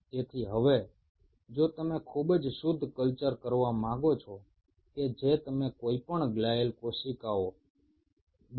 এখন তুমি একটা অত্যন্ত বিশুদ্ধ কালচার তৈরি করতে চাইছো যেখানে কোনো গ্লিয়াল কোষ উপস্থিত থাকবে না